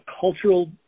cultural